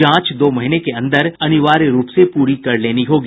जांच दो महीने के अंदर अनिवार्य रूप से पूरी कर लेनी होगी